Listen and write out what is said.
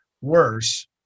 worse